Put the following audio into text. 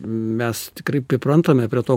mes tikrai priprantame prie to